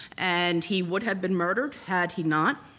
and he would have been murdered had he not.